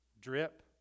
Drip